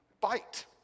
bite